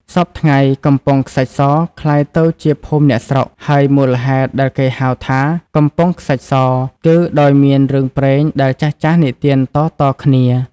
សព្វថ្ងៃ កំពង់ខ្សាច់ស ក្លាយទៅជាភូមិអ្នកស្រុក ហើយមូលហេតុដែលគេហៅថា “កំពង់ខ្សាច់ស” គឺដោយមានរឿងព្រេងដែលចាស់ៗនិទានតៗគ្នា។